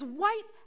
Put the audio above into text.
white